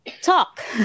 talk